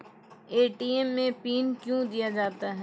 ATM मे PIN कयो दिया जाता हैं?